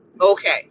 okay